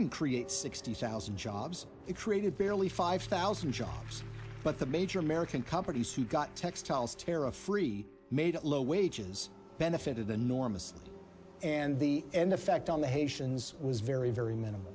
can create sixty thousand jobs it created barely five thousand jobs but the major american companies who got textiles tariff free made low wages benefited the normas and the end effect on the haitians was very very minimal